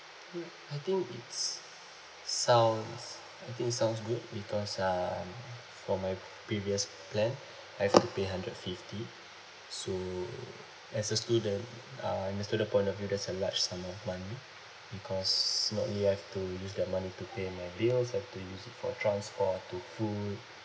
mm I think it's sounds I think it's sounds good because uh from my previous plan I have to pay hundred fifty so as a student uh in the student point of view that's a large sum of money because not only I have to use that money to pay my bills I have to use it for transport to food